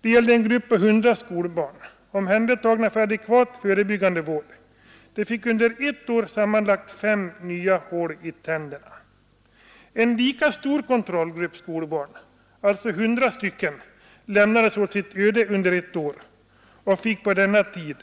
Det gällde en grupp med 100 skolbarn, som var omhändertagna för adekvat förebyggande vård. De fick under ett år sammanlagt fem nya hål i tänderna. En lika stor kontrollgrupp skolbarn, alltså 100 stycken, lämnades åt sitt öde under ett år och fick på denna tid